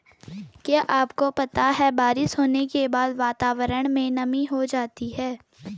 क्या आपको पता है बारिश होने के बाद वातावरण में नमी हो जाती है?